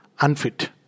Unfit